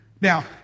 Now